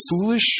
foolish